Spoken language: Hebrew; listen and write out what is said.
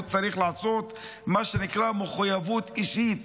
צריך לעשות מה שנקרא "מחויבות אישית",